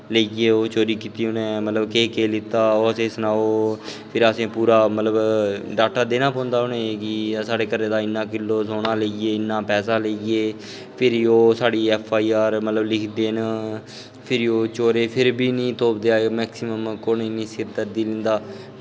लेई गे चोरी कीती उ'नें मतलब केह् केह् लेत्ता ओह् असेंगी सनाओ फिर असें मतलब पूरी ओह् डाटा देना पौंदा उ'नें गी कि साढ़ा घरा दा इन्ना किल्लो दाना लेई गे इन्ना पैसा लेई गे फिर ओह् साढ़ी मतलब ऐफ्फ आई आर लिखदे न फिर ओह् चोरे गी फिर बी नेईं तुप्पदे मैकसिमम कु'न इन्नी सिर दर्दी लैंदा